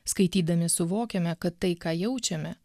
skaitydami suvokiame kad tai ką jaučiame